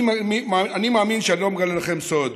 אני מאמין שאני לא מגלה לכם סוד,